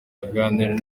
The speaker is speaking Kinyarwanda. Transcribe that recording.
aganira